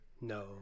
no